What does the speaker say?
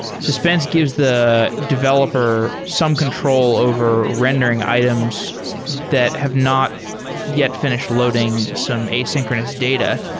suspense gives the developer some control over rendering items that have not yet fi nished loading some asynchronous data.